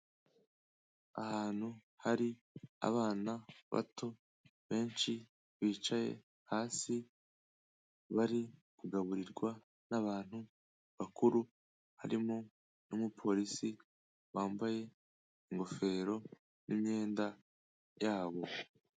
Ahantu hari abana bato benshi bicaye hasi bari kugaburirwa n'abantu bakuru, harimo n'umupolisi wambaye ingofero n'imyenda yabo.